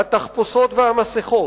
התחפושות והמסכות,